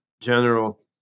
general